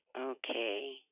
Okay